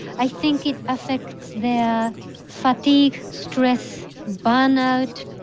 i think it affects their fatigue, stress, burnout.